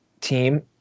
team –